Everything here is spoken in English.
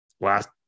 last